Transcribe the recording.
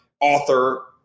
author